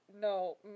No